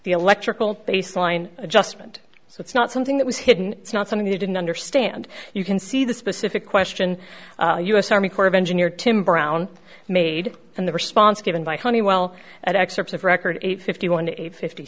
the electrical baseline adjustment so it's not something that was hidden it's not something you didn't understand you can see the specific question u s army corps of engineer tim brown made and the response given by honeywell at excerpts of record eight fifty one eight fifty